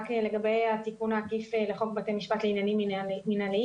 רק לגבי התיקון העקיף לחוק בתי משפט לעניינים מינהליים,